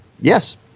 yes